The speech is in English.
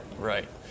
Right